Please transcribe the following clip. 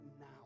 now